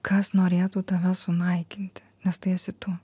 kas norėtų tave sunaikinti nes tai esi tu